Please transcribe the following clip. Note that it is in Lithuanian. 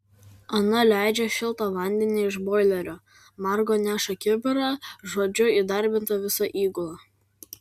ana leidžia šiltą vandenį iš boilerio margo neša kibirą žodžiu įdarbinta visa įgula